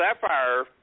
Sapphire